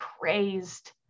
praised